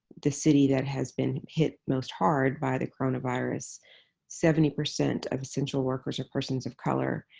the city that has been hit most hard by the coronavirus seventy percent of essential workers are persons of color.